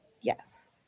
Yes